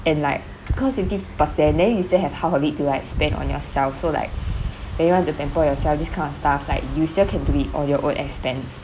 and like cause fifty percent then you still have half of it to like spend on yourself so like when you want to pamper yourself this kind of stuff like you still can do it on your own expense